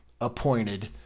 appointed